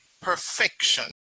perfection